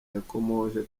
yakomoje